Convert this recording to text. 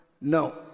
no